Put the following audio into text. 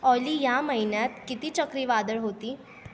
ऑली या महिन्यात किती चक्रीवादळ होती